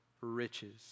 riches